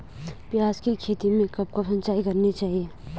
प्याज़ की खेती में कब कब सिंचाई करनी चाहिये?